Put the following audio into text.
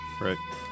Right